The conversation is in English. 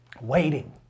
waiting